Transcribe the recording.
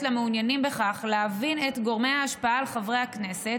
למעוניינים בכך להבין את גורמי ההשפעה על חברי הכנסת